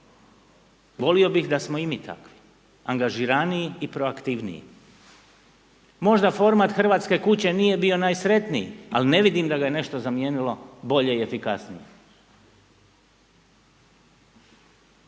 Volio bih da smo i mi takvi, angažiraniji i proaktivniji. Možda format Hrvatske kuće nije bio najsretniji al ne vidim da ga je nešto zamijenilo bolje i efikasnije.